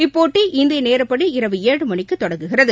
இப்போட்டி இந்திய நேரப்படி இரவு ஏழு மணிக்கு தொடங்குகிறது